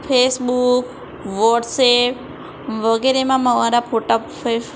Facebook WhatsApp વગેરેમાં મારા ફોટા ફે